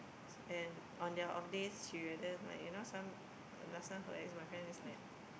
and on their off days she rather like you know some last time her ex boyfriend is like